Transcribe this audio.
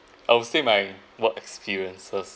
I would say my work experiences